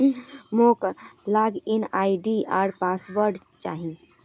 मोक log in ID आर password चाहि